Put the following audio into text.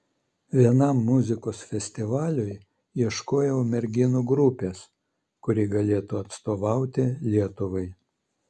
vienam muzikos festivaliui ieškojau merginų grupės kuri galėtų atstovauti lietuvai